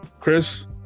Chris